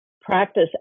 practice